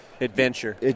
Adventure